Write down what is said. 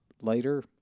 later